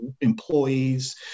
employees